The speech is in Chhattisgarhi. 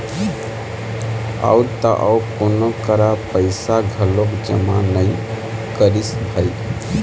अउ त अउ कोनो करा पइसा घलोक जमा नइ करिस भई